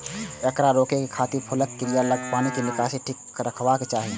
एकरा रोकै खातिर फूलक कियारी लग पानिक निकासी ठीक रखबाक चाही